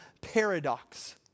paradox